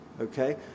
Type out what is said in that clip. Okay